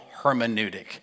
hermeneutic